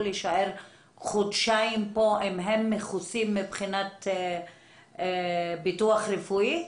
להישאר חודשיים פה אם הם מכוסים מבחינת ביטוח רפואי?